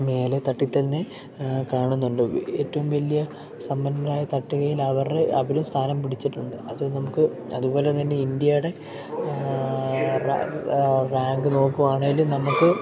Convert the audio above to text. മേലെ തട്ടി തന്നെ കാണുന്നുണ്ട് ഏറ്റവും വലിയ സമ്പന്നരായ തട്ടുകയിൽ അവരുടെ അവർ സ്ഥാനം പിടിച്ചിട്ടുണ്ട് അത് നമുക്ക് അതുപോലെ തന്നെ ഇന്ത്യയുടെ റെ റാങ്ക് നോക്കുവാണേലും നമുക്ക്